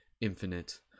infinite